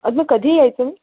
आणि मग कधी यायचं आहे